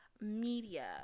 media